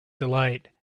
delight